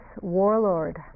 warlord